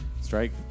Strike